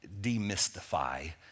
demystify